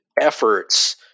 efforts